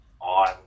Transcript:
on